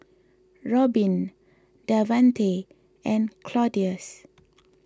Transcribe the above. Robyn Davanty and Claudius